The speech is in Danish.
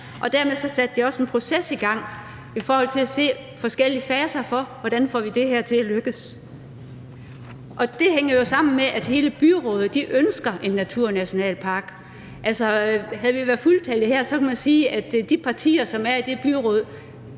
og dermed satte de også en proces i gang i forhold til at se på forskellige faser for, hvordan man får det her til at lykkes. Kl. 17:17 Det hænger jo sammen med, at hele byrådet ønsker en naturnationalpark. Altså, havde vi været fuldtallige her, kunne man sige, at af de partier, som er i det byråd,